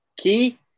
key